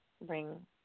bring